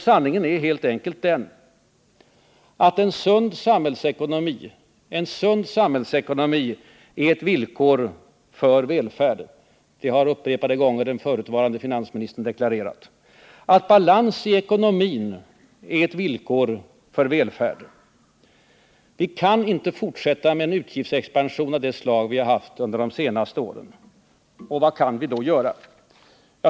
Sanningen är helt enkelt den att en sund samhällsekonomi är ett villkor för välfärden. Det har er egen förutvarande finansminister upprepade gånger deklarerat. Balans i ekonomin är ett villkor för välfärden. Vi kan inte fortsätta med en utgiftsexpansion av det slag som vi har haft under de senaste åren. Vad kan vi då göra?